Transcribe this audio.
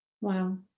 Wow